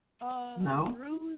No